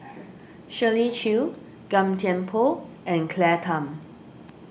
Shirley Chew Gan Thiam Poh and Claire Tham